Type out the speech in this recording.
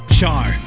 Char